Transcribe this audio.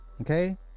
okay